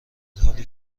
حالی